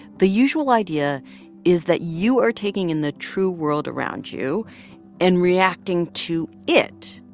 the usual idea is that you are taking in the true world around you and reacting to it,